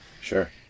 Sure